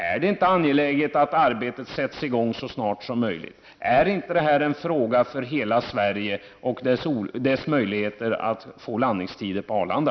Är det inte angeläget att arbetet sätts i gång så snart som möjligt? Är inte detta en fråga för hela Sverige och dess möjligheter att få landningstider på Arlanda?